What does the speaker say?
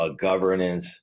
governance